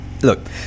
Look